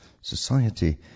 society